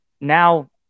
now